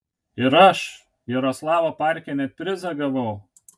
ir aš jaroslavlio parke net prizą gavau